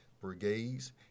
brigades